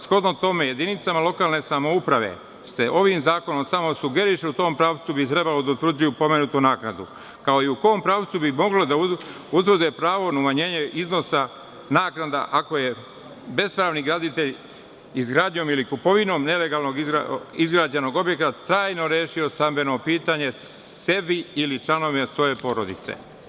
Shodno tome jedinicama lokalne samouprave se ovim zakonom samo sugeriše u tom pravcu da bi trebalo da utvrđuju pomenutu naknadu, kao i u kom pravcu bi mogle da utvrde pravo na umanjenje iznosa naknada ako je bespravni graditelj izgradnjom ili kupovinom nelegalno izgrađenog objekta trajno rešio stambeno pitanje sebi ili članovima svoje porodice.